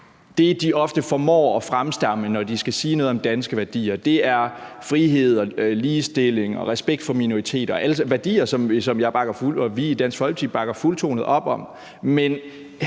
det, de ofte formår at fremstamme, når de skal sige noget om danske værdier, er frihed, ligestilling og respekt for minoriteter – værdier, som jeg og vi i Dansk Folkeparti bakker fuldtonet op om,